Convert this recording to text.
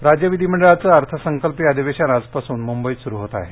अधिवेशन राज्य विधिमंडळाचं अर्थसंकल्पीय अधिवेशन आजपासून मुंबईत सुरु होत आहे